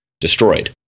destroyed